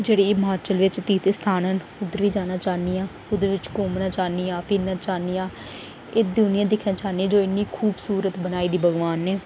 जेह्ड़े हिमाचल बिच तीर्थ स्थान न उद्धर बी जाना चाह्न्नी आं उद्धर घुम्मना चाह्न्नी आं फिरना चाह्न्नी आं एह् दुनिया दिक्खना चाह्न्नी आं इन्नी खूबसूरत बनाई दी भगोआनन नै